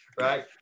right